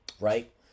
right